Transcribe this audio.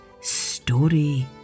Story